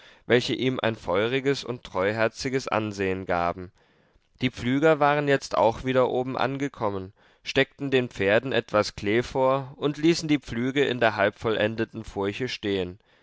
welche ihm ein feuriges und treuherziges ansehen gaben die pflüger waren jetzt auch wieder oben angekommen steckten den pferden etwas klee vor und ließen die pflüge in der halbvollendeten furche stehen